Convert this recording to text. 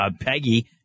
Peggy